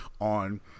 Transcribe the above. on